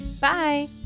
Bye